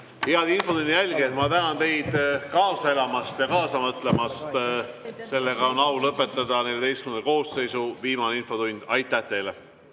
Head infotunni jälgijad, ma tänan teid kaasa elamast ja kaasa mõtlemast! On au lõpetada XIV koosseisu viimane infotund. Aitäh teile!